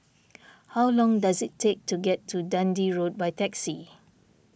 how long does it take to get to Dundee Road by taxi